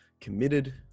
committed